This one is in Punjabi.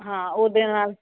ਹਾਂ ਉਹਦੇ ਨਾਲ